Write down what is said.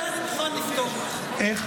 את זה אני מוכן לפתור איתך.